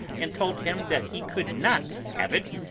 and told him that he could not have it,